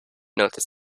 noticed